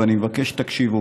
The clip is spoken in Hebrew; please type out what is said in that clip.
ואני מבקש שתקשיבו,